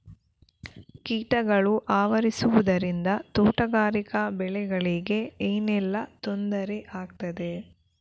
ಕೀಟಗಳು ಆವರಿಸುದರಿಂದ ತೋಟಗಾರಿಕಾ ಬೆಳೆಗಳಿಗೆ ಏನೆಲ್ಲಾ ತೊಂದರೆ ಆಗ್ತದೆ?